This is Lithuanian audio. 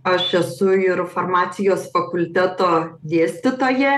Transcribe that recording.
aš esu ir farmacijos fakulteto dėstytoja